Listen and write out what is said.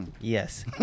Yes